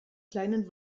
kleinen